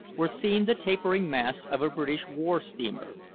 were seen the tapering masts of a british war-steamer.